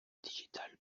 digital